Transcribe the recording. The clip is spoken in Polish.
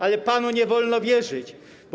Ale panu nie wolno wierzyć, bo